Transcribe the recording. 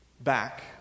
back